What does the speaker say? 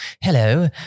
Hello